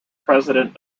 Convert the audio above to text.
president